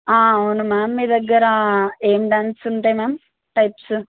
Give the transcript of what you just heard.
అవును మ్యామ్ మీ దగ్గర ఏం డ్యాన్సులు ఉంటాయి మ్యామ్ టైప్స్